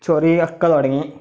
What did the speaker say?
ചൊറിയൊക്കെ തുടങ്ങി